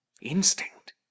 instinct